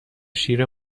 شیر